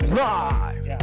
live